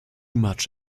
much